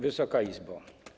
Wysoka Izbo!